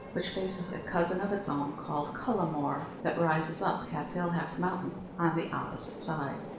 which faces a cousin of its own called cullamore, that rises up, half-hill, half-mountain, on the opposite side.